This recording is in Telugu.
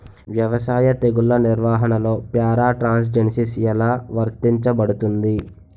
వ్యవసాయ తెగుళ్ల నిర్వహణలో పారాట్రాన్స్జెనిసిస్ఎ లా వర్తించబడుతుంది?